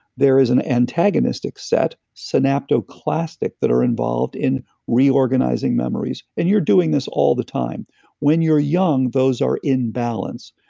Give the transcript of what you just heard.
there is an antagonistic set, synaptoclastic, that are involved in reorganizing memories, and you're doing this all the time when you're young those are in balance.